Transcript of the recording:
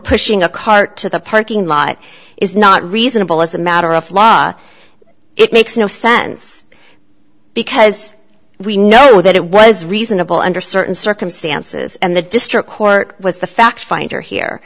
pushing a cart to the parking lot is not reasonable as a matter of law it makes no sense because we know that it was reasonable under certain circumstances and the district court was the fact finder here